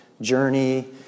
journey